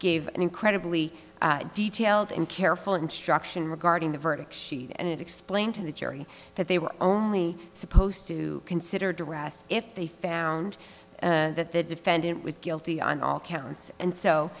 gave an incredibly detailed and careful instruction regarding the verdict sheet and it explained to the jury that they were only supposed to consider dressed if they found that the defendant was guilty on all counts and so